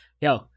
Yo